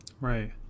right